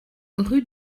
rue